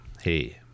Hey